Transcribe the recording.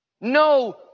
No